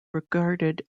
regarded